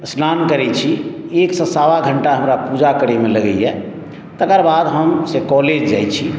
स्नान करै छी एकसँ सवा घण्टा हमरा पूजा करैमे लगैए तकर बाद हम से कॉलेज जाइ छी